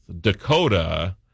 Dakota